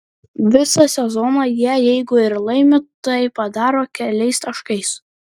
visą sezoną jie jeigu ir laimi tai padaro keliais taškais